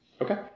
Okay